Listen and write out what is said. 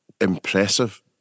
impressive